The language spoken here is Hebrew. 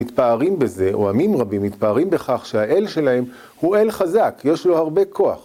מתפארים בזה, או עמים רבים מתפארים בכך שהאל שלהם הוא אל חזק, יש לו הרבה כוח.